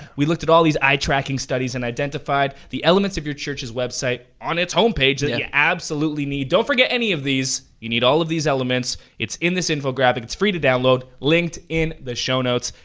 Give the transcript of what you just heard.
we looked at all these eye tracking studies and identified the elements of your church's website on its homepage that you absolutely need. don't forget any of these. you need all of these elements. it's in this infographic. it's free to download, linked in the show notes.